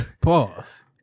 Pause